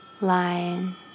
lion